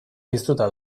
piztuta